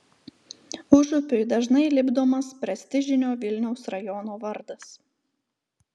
užupiui dažnai lipdomas prestižinio vilniaus rajono vardas